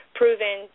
proven